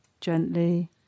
gently